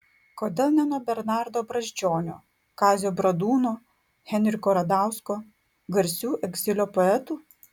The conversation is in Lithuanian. kodėl ne nuo bernardo brazdžionio kazio bradūno henriko radausko garsių egzilio poetų